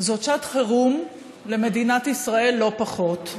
זאת שעת חירום למדינת ישראל, לא פחות.